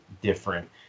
different